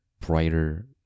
brighter